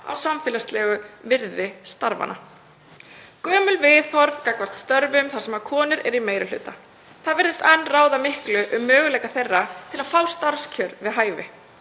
á samfélagslegu virði starfanna.“ Gömul viðhorf gagnvart störfum þar sem konur eru í meiri hluta virðast enn ráða miklu um möguleika þeirra til að fá starfskjör við hæfi.